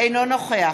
אינו נוכח